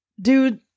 dude